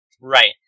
Right